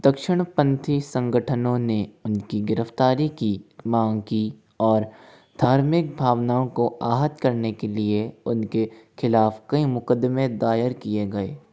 दक्षिणपंथी संगठनों ने उनकी गिरफ़्तारी की मांग की और धार्मिक भावनाओं को आहत करने के लिए उनके ख़िलाफ़ कई मुकदमे दायर किए गए